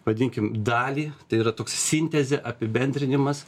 vadinkim dalį tai yra toks sintezė apibendrinimas